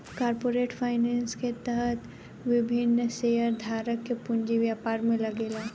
corporate finance के तहत विभिन्न शेयरधारक के पूंजी व्यापार में लागेला